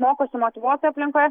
mokosi motyvuotoj aplinkoje